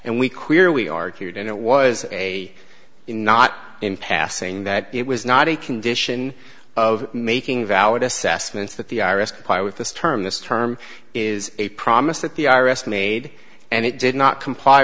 and we clear we argued and it was a not in passing that it was not a condition of making valid assessments that the iris comply with this term this term is a promise that the i rest made and it did not comply